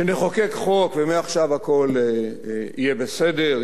שנחוקק חוק ומעכשיו הכול יהיה בסדר,